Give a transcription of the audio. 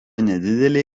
nedidelė